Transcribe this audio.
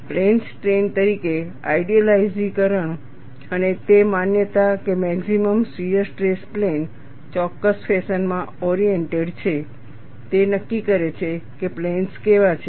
plane strain તરીકે આઇડીયલાઇઝીકરણ અને તે માન્યતા કે મેક્સિમમ શીયર સ્ટ્રેસ પ્લેન ચોક્કસ ફેશન માં ઓરિએન્ટેડ છે તે નક્કી કરે છે કે પ્લેન્સ કેવા છે